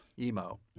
Emo